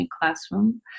Classroom